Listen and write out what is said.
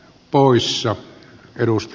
arvoisa puhemies